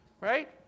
Right